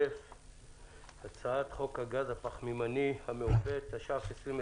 הצעת חוק הגז הפחממני המעובה, התש"ף-2020.